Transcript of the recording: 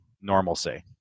normalcy